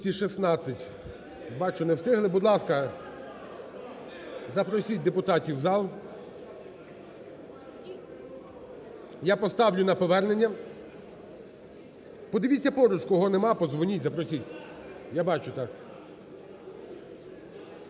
бачу не встигли. Будь ласка, запросіть депутатів в зал. Я поставлю на повернення, подивіться кого поруч немає, подзвоніть, запросіть… Я бачу, так.